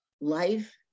life